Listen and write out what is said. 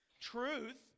Truth